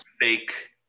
fake